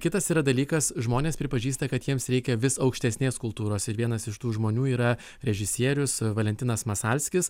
kitas yra dalykas žmonės pripažįsta kad jiems reikia vis aukštesnės kultūros ir vienas iš tų žmonių yra režisierius valentinas masalskis